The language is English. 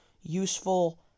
useful